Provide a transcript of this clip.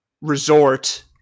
resort